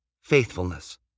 faithfulness